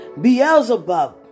Beelzebub